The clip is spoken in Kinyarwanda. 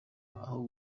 aho